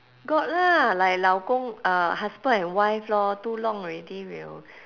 got lah like 老公 uh husband and wife lor too long already will